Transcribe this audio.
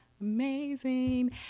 amazing